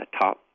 top